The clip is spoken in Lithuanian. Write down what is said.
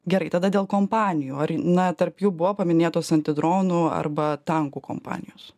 gerai tada dėl kompanijų ar na tarp jų buvo paminėtos anti dronų arba tankų kompanijos